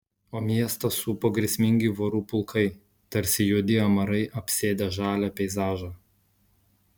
o miestą supo grėsmingi vorų pulkai tarsi juodi amarai apsėdę žalią peizažą